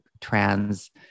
trans